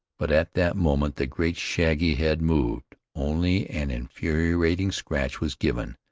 but at that moment the great shaggy head moved, only an infuriating scratch was given,